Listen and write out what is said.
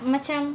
macam